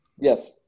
Yes